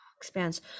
expands